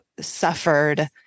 suffered